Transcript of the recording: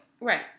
Right